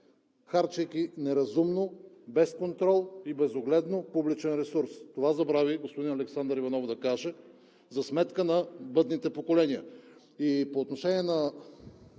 харчейки неразумно, без контрол и безогледно публичен ресурс. Това забрави господин Александър Иванов да каже – за сметка на бъдните поколения.